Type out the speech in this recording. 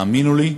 תאמינו לי,